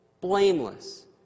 blameless